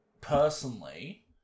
personally